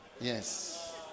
Yes